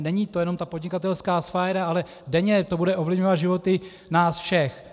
Není to jenom podnikatelská sféra, ale denně to bude ovlivňovat životy nás všech.